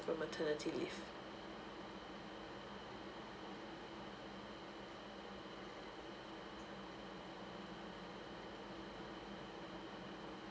of the maternity leave